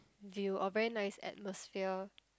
view or very nice atmosphere